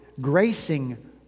gracing